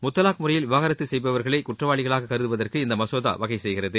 முத்தலாக் முறையில் விவகாரத்து செய்பவா்களை குற்றவாளிகளாக கருதுவதற்கு இந்த மசோதா வகை செய்கிறது